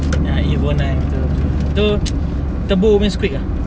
and even though the bomber's quicker